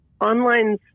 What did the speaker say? online